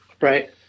Right